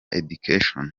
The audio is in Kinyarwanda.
education